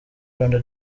rwanda